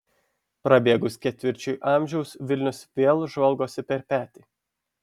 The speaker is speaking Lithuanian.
prabėgus ketvirčiui amžiaus vilnius vėl žvalgosi per petį